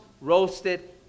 roasted